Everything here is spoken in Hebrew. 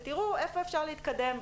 ותראו איפה אפשר להתקדם,